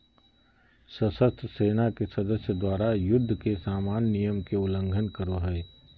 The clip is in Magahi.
सशस्त्र सेना के सदस्य द्वारा, युद्ध के मान्य नियम के उल्लंघन करो हइ